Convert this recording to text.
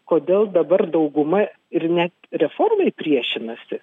kodėl dabar dauguma ir net reformai priešinasi